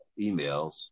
emails